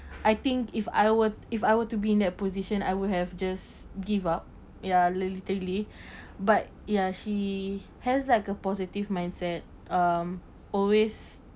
I think if I were if I were to be in a position I would have just give up ya literally but ya she has like a positive mindset um always